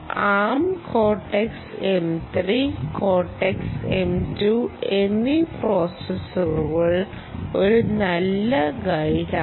ആം Cortex M3 Cortex M2 എന്നീ പ്രോസസ്സറുകൾ ഒരു നല്ല ഗൈഡാണ്